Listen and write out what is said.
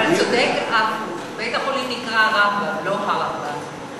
אבל צודק עפו, בית-החולים נקרא רמב"ם, לא הרמב"ם.